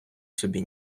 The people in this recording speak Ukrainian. собі